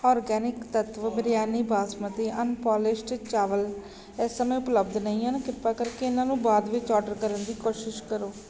organic ਤੱਤਵ biryani basmati unpolished ਚਾਵਲ ਇਸ ਸਮੇਂ ਉਪਲੱਬਧ ਨਹੀਂ ਹਨ ਕ੍ਰਿਪਾ ਕਰਕੇ ਇਹਨਾਂ ਨੂੰ ਬਾਅਦ ਵਿੱਚ ਆਡਰ ਕਰਨ ਦੀ ਕੋਸ਼ਿਸ਼ ਕਰੋ